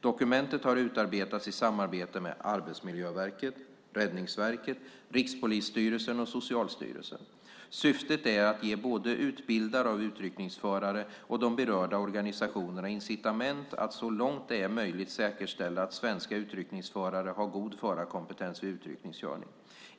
Dokumentet har utarbetats i samarbete med Arbetsmiljöverket, Räddningsverket, Rikspolisstyrelsen och Socialstyrelsen. Syftet är att ge både utbildare av utryckningsförare och de berörda organisationerna incitament att så långt det är möjligt säkerställa att svenska utryckningsförare har god förarkompetens vid utryckningskörning.